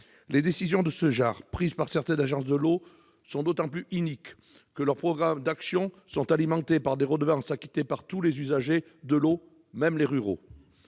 Les décisions de ce genre prises par certaines agences de l'eau sont d'autant plus iniques que leurs programmes d'action sont alimentés par des redevances acquittées par tous les usagers de l'eau, même les ruraux.